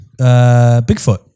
Bigfoot